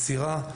מסירה,